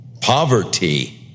poverty